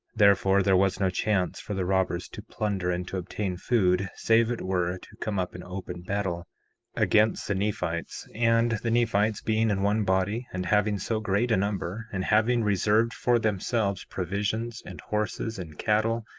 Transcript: therefore, there was no chance for the robbers to plunder and to obtain food, save it were to come up in open battle against the nephites and the nephites being in one body, and having so great a number, and having reserved for themselves provisions, and horses and cattle,